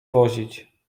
wozić